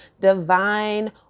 divine